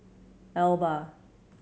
Alba